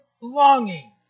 longing